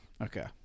Okay